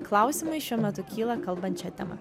klausimai šiuo metu kyla kalbant šia tema